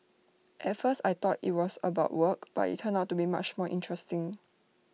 at first I thought IT was about work but IT turned out to be much more interesting